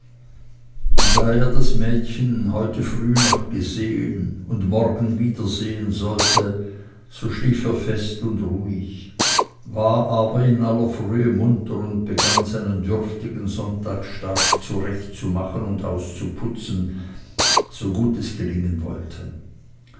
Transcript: da er das mädchen heute früh noch gesehen und morgen wieder sehen sollte so schlief er fest und ruhig war aber in aller frühe munter und begann seinen dürftigen sonntagsstaat zurechtzumachen und auszuputzen so gut es gelingen wollte